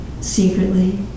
secretly